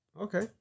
Okay